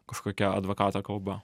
kažkokia advokato kalba